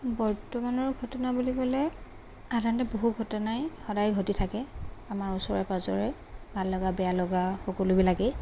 বৰ্তমানৰ ঘটনা বুলি ক'লে সাধাৰণতে বহু ঘটনাই সদায় ঘটি থাকে আমাৰ ওচৰে পাঁজৰে ভাল লগা বেয়া লগা সকলোবিলাকেই